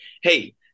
hey